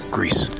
Greece